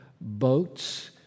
boats